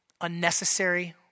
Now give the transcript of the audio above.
unnecessary